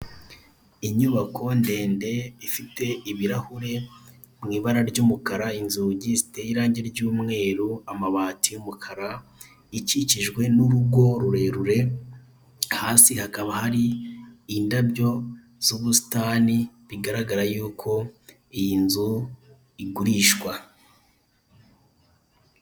Inyubako ndende ifite ibirahure mw'ibara ry'umukara, inzugi ziteye irange ry'umweru, amabati y'umukara ikikijwe n'urugo rurerure hasi hakaba hari indabyo z'ubusitani bigaragara yuko iyi nzu igurishwa.